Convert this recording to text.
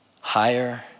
higher